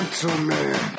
Gentleman